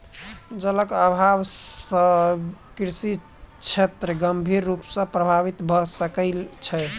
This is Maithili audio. जलक अभाव से कृषि क्षेत्र गंभीर रूप सॅ प्रभावित भ सकै छै